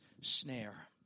snare